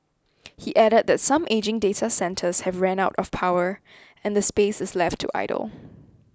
he added that some ageing data centres have ran out of power and the space is left to idle